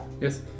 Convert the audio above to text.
Yes